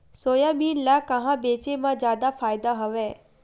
Soybean ल कहां बेचे म जादा फ़ायदा हवय?